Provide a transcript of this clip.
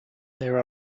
there